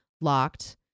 locked